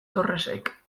torresek